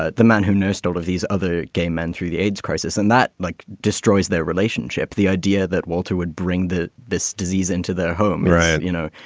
ah the man who nursed all of these other gay men through the aids crisis and that like destroys their relationship. the idea that walter would bring this disease into their home yeah and you know,